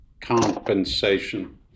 compensation